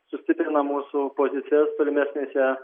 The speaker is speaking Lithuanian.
sustiprina mūsų pozicijas tolimesnėse